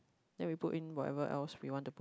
then we put in whatever else we want to put